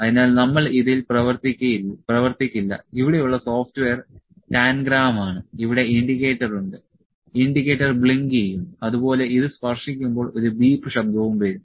അതിനാൽ നമ്മൾ ഇതിൽ പ്രവർത്തിക്കില്ല ഇവിടെയുള്ള സോഫ്റ്റ്വെയർ ടാൻഗ്രാം ആണ് ഇവിടെ ഇൻഡിക്കേറ്റർ ഉണ്ട് ഇൻഡിക്കേറ്റർ ബ്ലിങ്ക് ചെയ്യും അതുപോലെ ഇത് സ്പർശിക്കുമ്പോൾ ഒരു ബീപ്പ് ശബ്ദവും വരും